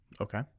Okay